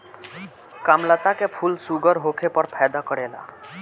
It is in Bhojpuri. कामलता के फूल शुगर होखे पर फायदा करेला